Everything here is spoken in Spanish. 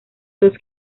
dos